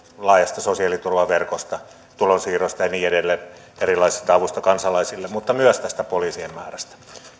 laajasta sosiaaliturvaverkosta tulonsiirroista ja niin edelleen erilaisesta avusta kansalaisille mutta myös tästä poliisien määrästä